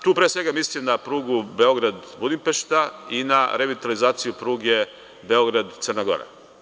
Tu pre svega mislim na prugu Beograd-Budimpešta i na revitalizaciju pruge Beograd-Crna Gora.